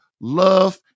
Love